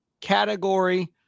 category